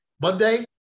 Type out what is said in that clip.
Monday